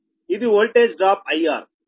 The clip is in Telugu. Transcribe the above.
ఇది ఓల్టేజ్ డ్రాప్ I R